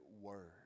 word